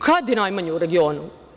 Kad je najmanji u regionu?